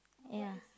ya